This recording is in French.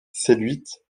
séduite